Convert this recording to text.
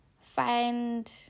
find